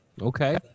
Okay